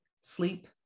sleep